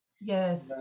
Yes